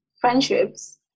friendships